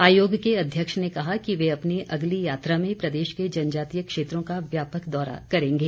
आयोग के अध्यक्ष ने कहा कि वे अपनी अगली यात्रा में प्रदेश के जनजातीय क्षेत्रों का व्यापक दौरा करेंगे